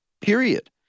period